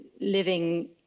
living